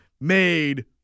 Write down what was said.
made